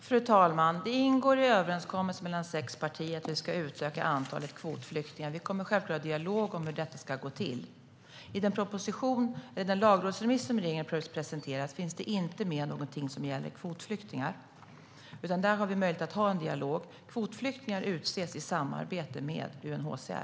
Fru talman! Det ingår i överenskommelsen mellan sex partier att vi ska utöka antalet kvotflyktingar. Vi kommer självklart att ha en dialog om hur detta ska gå till. I den lagrådsremiss regeringen har presenterat finns det inte med någonting som gäller kvotflyktingar, utan där har vi möjlighet att ha en dialog. Kvotflyktingar utses i samarbete med UNHCR.